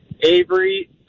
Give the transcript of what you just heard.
Avery